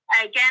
Again